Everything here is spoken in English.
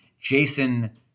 Jason